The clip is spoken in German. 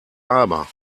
aber